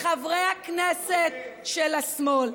חברי הכנסת של השמאל,